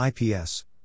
IPS